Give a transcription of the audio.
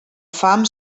fam